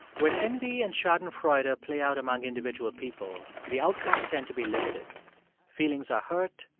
when envy and schadenfreude ah play out among individual people, the outcomes tend to be limited feelings are hurt,